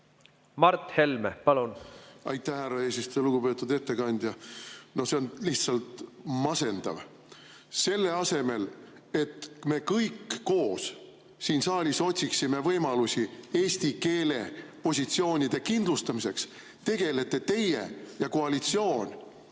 on teie arvamus? Aitäh, härra eesistuja! Lugupeetud ettekandja! No see on lihtsalt masendav. Selle asemel, et me kõik koos siin saalis otsiksime võimalusi eesti keele positsiooni kindlustamiseks, tegelete teie ja koalitsioon